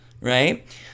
right